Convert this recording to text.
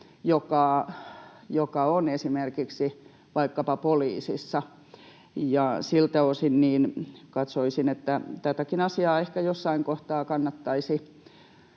joka on esimerkiksi poliisissa, ja siltä osin katsoisin, että tätäkin asiaa ehkä jossain kohtaa kannattaisi